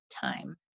time